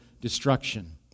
destruction